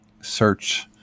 search